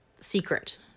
secret